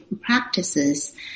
practices